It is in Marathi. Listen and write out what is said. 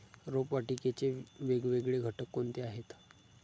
रोपवाटिकेचे वेगवेगळे घटक कोणते आहेत?